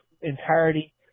entirety